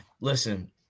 Listen